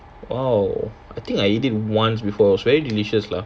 !wow! I think I eat it once before is very delicious lah